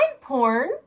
porn